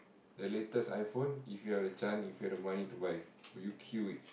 the latest iPhone if you have the chance if you have the money to buy will you kill it